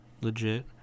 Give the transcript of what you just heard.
legit